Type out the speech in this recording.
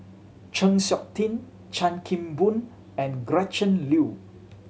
Chng Seok Tin Chan Kim Boon and Gretchen Liu